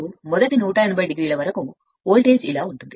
కాబట్టి మొదటి 180 o వరకు వోల్టేజ్ ఇలా ఉంటుంది